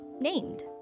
named